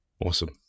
Awesome